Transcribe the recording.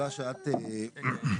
אין